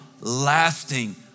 lasting